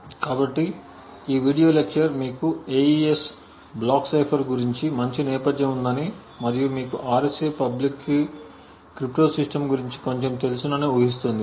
కాబట్టి ఈ video lecture మీకు AES బ్లాక్ సైఫర్ గురించి మంచి నేపథ్యం ఉందని మరియు మీకు RSA పబ్లిక్ కీ క్రిప్టోసిస్టమ్ గురించి కొంచెం తెలుసునని ఊహిస్తుంది